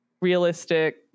realistic